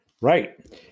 Right